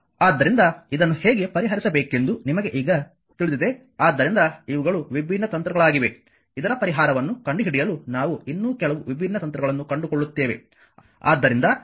ಆದ್ದರಿಂದ ಇದನ್ನು ಹೇಗೆ ಪರಿಹರಿಸಬೇಕೆಂದು ನಿಮಗೆ ಈಗ ತಿಳಿದಿದೆ ಆದ್ದರಿಂದ ಇವುಗಳು ವಿಭಿನ್ನ ತಂತ್ರಗಳಾಗಿವೆ ಇದರ ಪರಿಹಾರವನ್ನು ಕಂಡುಹಿಡಿಯಲು ನಾವು ಇನ್ನೂ ಕೆಲವು ವಿಭಿನ್ನ ತಂತ್ರಗಳನ್ನು ಕಂಡುಕೊಳ್ಳುತ್ತೇವೆ